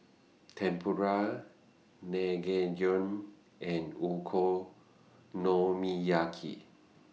Tempura Naengmyeon and Okonomiyaki